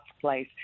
place